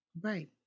Right